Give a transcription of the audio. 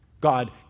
God